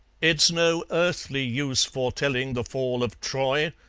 it's no earthly use foretelling the fall of troy,